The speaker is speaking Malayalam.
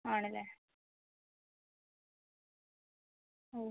ആണല്ലേ ഊ